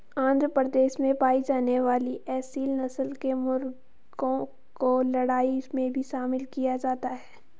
आंध्र प्रदेश में पाई जाने वाली एसील नस्ल के मुर्गों को लड़ाई में भी शामिल किया जाता है